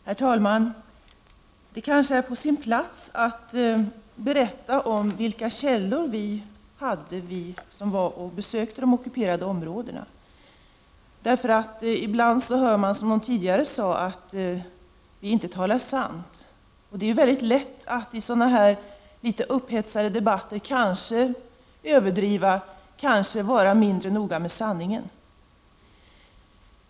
Herr talman! Det är kanske på sin plats att berätta om vilka källor vi som besökte de ockuperade områdena hade. Ibland får man höra, som någon tidigare påpekade, att vi inte talar sanning. Det är lätt att i sådana här litet upphetsade debatter kanske överdriva och kanske vara mindre noga med sanningen.